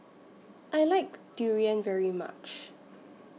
I like Durian very much